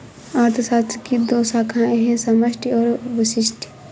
अर्थशास्त्र की दो शाखाए है समष्टि और व्यष्टि